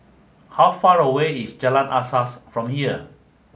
how far away is Jalan Asas from here